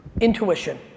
intuition